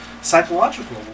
psychological